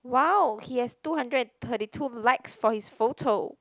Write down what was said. wow he has two hundred and thirty two likes for his photo